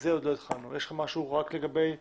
יש לך להעיר משהו לגבי זה?